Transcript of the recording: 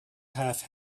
have